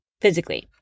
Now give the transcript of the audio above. physically